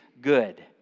good